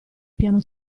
piano